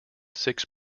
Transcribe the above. six